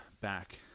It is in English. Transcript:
back